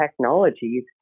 technologies